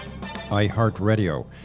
iHeartRadio